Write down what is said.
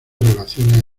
relaciones